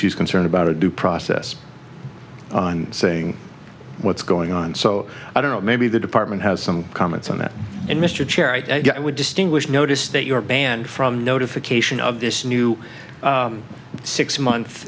she's concerned about a due process saying what's going on so i don't know maybe the department has some comments on it and mr cherry would distinguish notice that you're banned from notification of this new six month